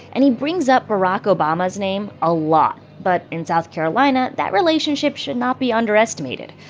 and he brings up barack obama's name a lot. but in south carolina, that relationship should not be underestimated.